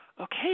okay